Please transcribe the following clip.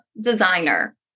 designer